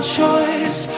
choice